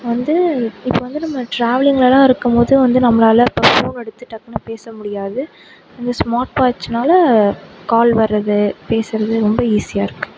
வந்து இப்போ வந்து நம்ம டிராவலிங்குலலாம் இருக்கும்போது வந்து நம்மளால் இப்போ ஃபோன் எடுத்து டக்குனு பேச முடியாது அந்த ஸ்மார்ட் வாட்ச்சினால கால் வர்றது பேசுறது ரொம்ப ஈஸியாக இருக்கு